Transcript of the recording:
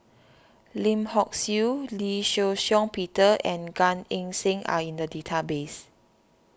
Lim Hock Siew Lee Shih Shiong Peter and Gan Eng Seng are in the database